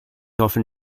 often